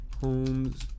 Holmes